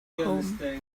home